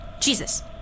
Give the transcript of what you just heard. Jesus